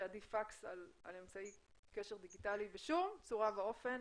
שעדיף פקס על אמצעי קשר דיגיטלי בשום צורה ואופן.